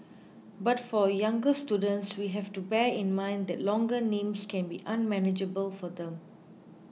but for younger students we have to bear in mind that longer names can be unmanageable for them